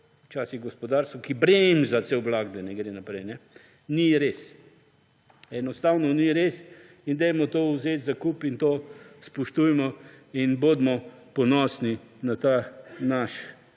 včasih v gospodarstvo, ki bremza cel vlak, da ne gre naprej. Ni res! Enostavno ni res in to vzemimo v zakup in to spoštujmo in bodimo ponosni na to naše